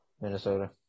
Minnesota